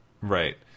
Right